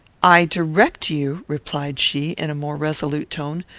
i direct you, replied she, in a more resolute tone,